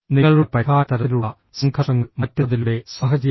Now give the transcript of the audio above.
നിങ്ങളുടെ പരിഹാര തരത്തിലുള്ള സംഘർഷങ്ങൾ മാറ്റുന്നതിലൂടെ സാഹചര്യം